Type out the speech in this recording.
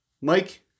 Mike